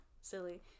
Silly